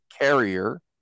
Carrier